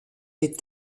les